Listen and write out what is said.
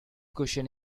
cushion